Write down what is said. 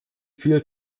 viel